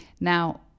Now